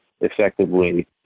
effectively